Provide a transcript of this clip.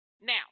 Now